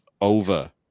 over